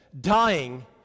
Dying